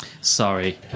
Sorry